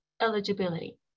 eligibility